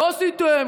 לא עשיתם,